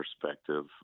perspective